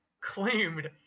claimed